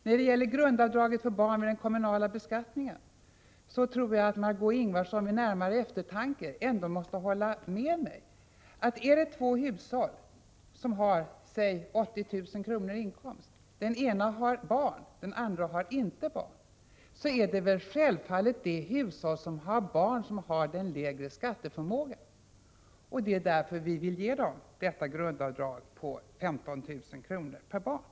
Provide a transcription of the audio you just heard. När det gäller grundavdraget för barn vid den kommunala beskattningen tror jag att Margö Ingvardsson vid närmare eftertanke ändå håller med mig. Vi tänker oss två hushåll som har säg 80 000 kr. i inkomst. Det ena hushållet har barn, det andra har det inte. Självfallet är det då hushållet med barn som har den lägre skatteförmågan. Det är därför som vi vill ge barnfamiljen detta grundavdrag på 15 000 kr. per barn.